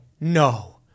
No